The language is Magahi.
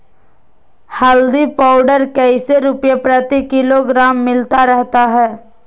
हल्दी पाउडर कैसे रुपए प्रति किलोग्राम मिलता रहा है?